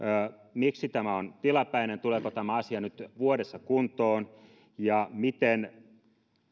miksi tämä on tilapäinen tuleeko tämä asia nyt vuodessa kuntoon ja miten